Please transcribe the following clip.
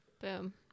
Boom